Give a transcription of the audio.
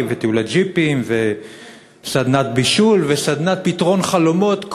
וטיולי ג'יפים וסדנת בישול וסדנת פתרון חלומות,